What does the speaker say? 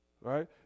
right